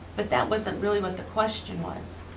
but that wasn't really what the question was.